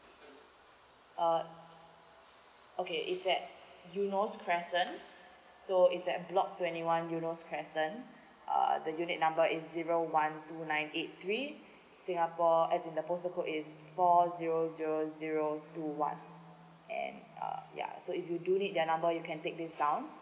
uh okay it's at eunos crescent so it's at block twenty one eunos crescent uh the unit number is zero one two nine eight three singapore as in the postal code four zero zero zero two one and uh ya so if you do need their number you can take this down